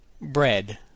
bread